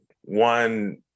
one